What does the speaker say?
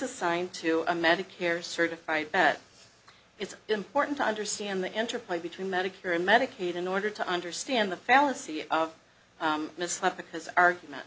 assigned to a medicare certified bet it's important to understand the interplay between medicare and medicaid in order to understand the fallacy of misled because argument